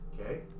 okay